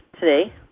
today